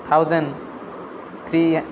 thousand three